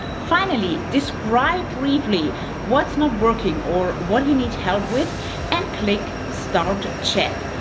finally, describe briefly what's not working or what do you need help with and click start chat.